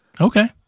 Okay